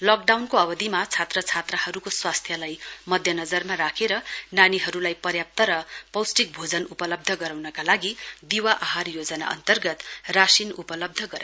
लकडाउनको अवधिमा छात्र छात्राहरुको स्वास्थ्यलाई मध्यनजरमा राखेर नानीहरुलाई पर्याप्त र पौष्टिक भोजन उपलब्ध गराउनका लागि दीवा आहार योजना अन्तर्गत राशिन उपलब्ध गराउँदैछ